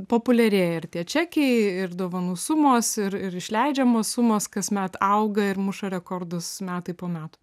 populiarėja ir tie čekiai ir dovanų sumos ir ir išleidžiamos sumos kasmet auga ir muša rekordus metai po metų